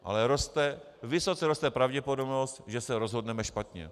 Ale vysoce roste pravděpodobnost, že se rozhodneme špatně.